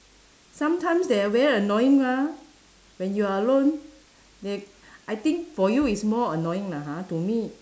sometimes they are very annoying ah when you're alone they I think for you it's more annoying lah ha to me